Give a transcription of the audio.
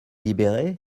libérée